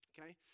Okay